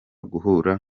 guhura